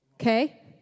Okay